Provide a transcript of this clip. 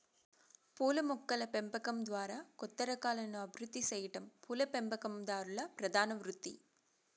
పూల మొక్కల పెంపకం ద్వారా కొత్త రకాలను అభివృద్ది సెయ్యటం పూల పెంపకందారుల ప్రధాన వృత్తి